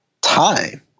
time